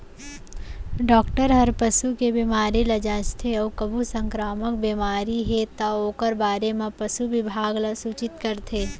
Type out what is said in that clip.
doctor हर पसू के बेमारी ल जांचथे अउ कभू संकरामक बेमारी हे तौ ओकर बारे म पसु बिभाग ल सूचित करथे